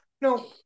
No